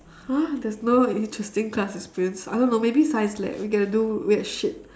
!huh! there's no interesting class experience I don't know maybe science lab we get to do weird shit